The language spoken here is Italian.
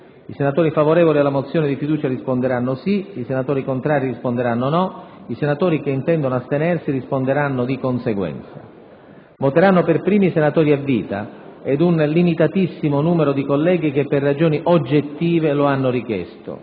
I senatori favorevoli alla mozione di fiducia risponderanno sì; i senatori contrari risponderanno no; i senatori che intendono astenersi risponderanno di conseguenza. Voteranno per primi i senatori a vita e un limitatissimo numero di colleghi che per ragioni oggettive lo hanno richiesto;